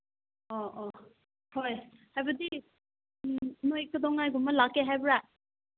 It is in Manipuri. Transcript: ꯑꯣ ꯍꯣꯏ ꯑꯗꯨꯗꯤ ꯎꯝ ꯅꯣꯏ ꯀꯩꯗꯧꯉꯩꯒꯨꯝꯕ ꯂꯥꯛꯀꯦ ꯍꯥꯏꯕ꯭ꯔꯥ